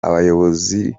abayobozi